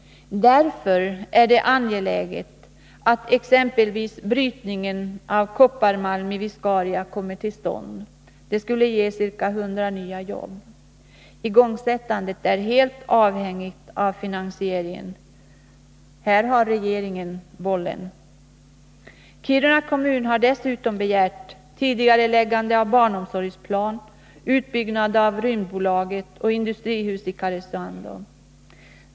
Därför är det angeläget att exempelvis brytningen av kopparmalm i Viscaria kommer till stånd. Det skulle ge ca 100 nya jobb. Igångsättandet är helt avhängigt av finansieringen. Här har regeringen bollen. Kiruna kommun har dessutom begärt tidigareläggande av barnomsorgsplanen, utbyggnad av Rymdbolaget och industrihus i Karesuando.